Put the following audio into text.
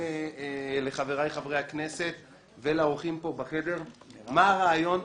לחבריי חברי הכנסת ולאורחים פה בחדר מה הרעיון,